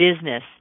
business